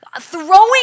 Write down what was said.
throwing